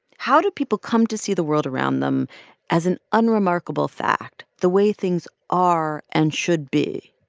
how do people come to see the world around them as an unremarkable fact the way things are and should be?